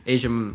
Asian